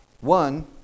One